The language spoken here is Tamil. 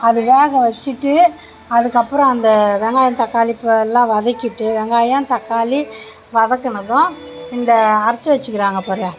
அது வேக வச்சிவிட்டு அதுக்கு அப்புறம் அந்த வெங்காயம் தக்காளிப்பு எல்லாம் வதக்கிவிட்டு வெங்காயம் தக்காளி வதக்குனதும் இந்த அரைச்சி வச்சியிருக்கிறாங்க பார்